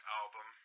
album